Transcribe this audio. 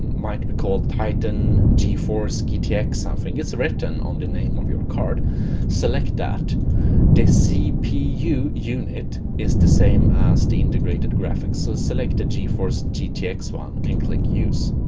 might be called titan geforce gtx something is written on the name of your card select that the cpu unit is the same as the integrated graphics. so select the geforce gtx one and click use